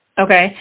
Okay